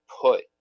put